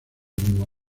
mismo